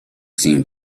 seemed